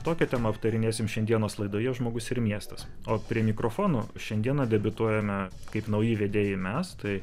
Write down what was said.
tokią temą aptarinėsim šiandienos laidoje žmogus ir miestas o prie mikrofono šiandieną debiutuojame kaip nauji vedėjai mes tai